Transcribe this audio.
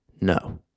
No